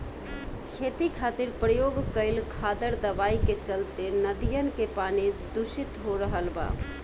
खेती खातिर प्रयोग कईल खादर दवाई के चलते नदियन के पानी दुसित हो रहल बा